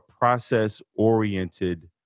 process-oriented